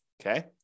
Okay